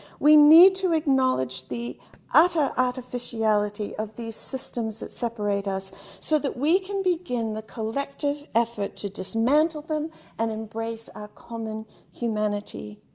we need to acknowledge the ah but artificiality of the systems that separate us so we can begin the collective effort to dismantle them and embrace our common humanity.